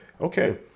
Okay